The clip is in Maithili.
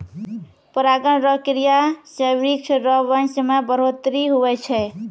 परागण रो क्रिया से वृक्ष रो वंश मे बढ़ौतरी हुवै छै